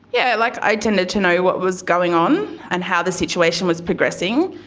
yeah, like i tended to know what was going on and how the situation was progressing,